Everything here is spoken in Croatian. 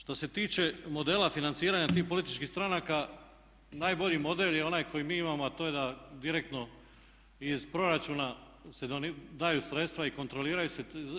Što se tiče modela financiranja tih političkih stranaka najbolji model je onaj koji mi imamo, a to je da direktno iz proračuna se daju sredstva i kontroliraju se.